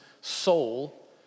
soul